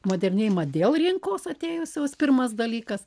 modernėjimą dėl rinkos atėjusios pirmas dalykas